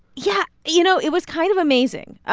yeah, you know, it was kind of amazing.